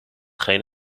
geen